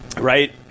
Right